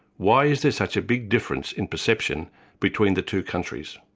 why is there such a big difference in perception between the two countries?